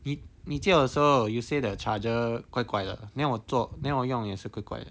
你你借我的时候 you say the charger 怪怪的 then 我做 then 我用也是怪怪的